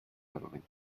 medaling